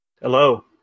Hello